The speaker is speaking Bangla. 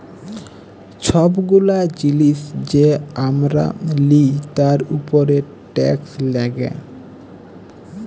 ছব গুলা জিলিস যে আমরা লিই তার উপরে টেকস লাগ্যে